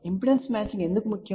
impedance matching ఎందుకు ముఖ్యం